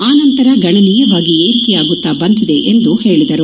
ಆ ನಂತರ ಗಣನೀಯವಾಗಿ ಏರಿಕೆಯಾಗುತ್ತಾ ಬಂದಿದೆ ಎಂದು ಹೇಳಿದರು